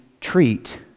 treat